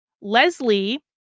Leslie